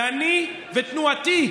ואני ותנועתי,